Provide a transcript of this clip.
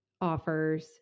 offers